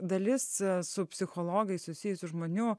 dalis su psichologais susijusių žmonių